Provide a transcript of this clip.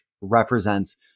represents